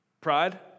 Pride